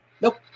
Nope